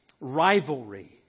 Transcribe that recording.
rivalry